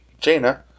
Jaina